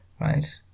right